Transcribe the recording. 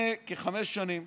לפני כחמש שנים